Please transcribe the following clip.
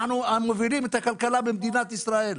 אנחנו המובילים את הכלכלה במדינת ישראל.